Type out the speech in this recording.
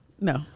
No